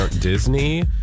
Disney